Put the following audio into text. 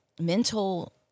mental